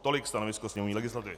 Tolik stanovisko sněmovní legislativy.